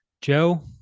joe